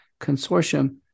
Consortium